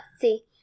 see